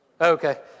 Okay